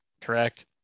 correct